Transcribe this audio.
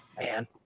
man